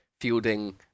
fielding